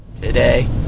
Today